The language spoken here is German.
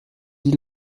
die